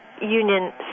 Union